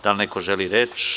Da li neko želi reč?